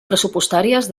pressupostàries